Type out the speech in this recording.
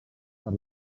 per